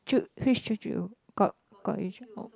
舅 which 舅舅 got got 舅 oh